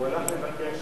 אני מחכה,